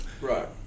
Right